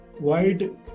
wide